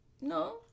No